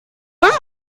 not